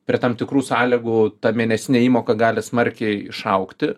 prie tam tikrų sąlygų ta mėnesinė įmoka gali smarkiai išaugti